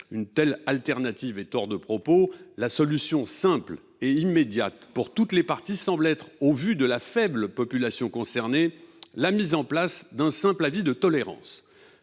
de remplacement est hors de propos. La solution simple et immédiate pour toutes les parties semble être, au vu de la faible population concernée, la mise en place d’un simple avis de tolérance.